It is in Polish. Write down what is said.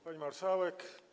Pani Marszałek!